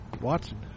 Watson